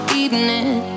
evening